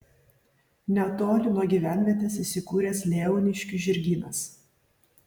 netoli nuo gyvenvietės įsikūręs leoniškių žirgynas